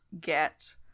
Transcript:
get